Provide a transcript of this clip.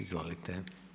Izvolite.